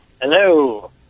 Hello